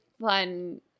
fun